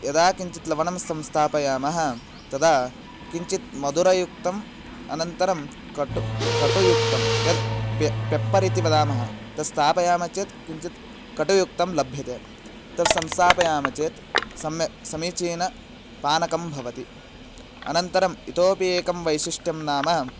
यदा किञ्चित् लवणं संस्थापयामः तदा किञ्चित् मधुरयुक्तम् अनन्तरं कटु कटुयुक्तं यद् पे पेप्पर् इति वदामः तस् स्थापयाम चेत् किञ्चित् कटुयुक्तं लभ्यते तस् संस्थापयाम चेत् सम्यक् समीचीन पानकं भवति अनन्तरम् इतोपि एकं वैशिष्ट्यं नाम